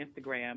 Instagram